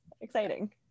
exciting